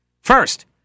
First